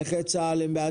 נכי צה"ל והנכים הם בעדיפות.